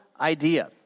idea